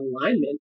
alignment